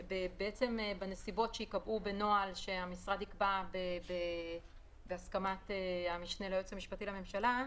בנסיבות שייקבעו בנוהל שהמשרד יקבע בהסכמת המשנה ליועץ המשפטי לממשלה,